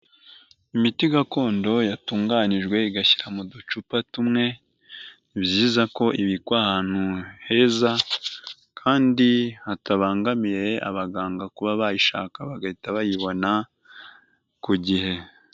Imiti gakondo yatunganyijwe igashyira mu ducupa tumwe, ni byiza ko ibikwa ahantu heza kandi hatabangamiye abaganga kuba bayishaka bagahita bayibona ku gihe.